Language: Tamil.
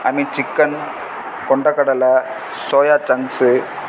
ஐ மீன் சிக்கன் கொண்டக்கடலை சோயா சங்க்ஸு